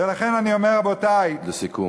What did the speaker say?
ולכן אני אומר: רבותי, לסיכום.